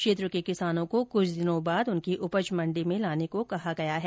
क्षेत्र के किसानों को कुछ दिनों बाद उनकी उपज मंडी में लाने को कहा गया है